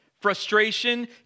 Frustration